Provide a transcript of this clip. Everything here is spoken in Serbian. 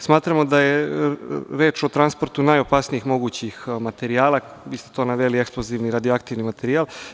Smatramo da je reč o transportu najopasnijih mogućih materijala, vi ste to naveli eksplozivnih, radioaktivni materijal.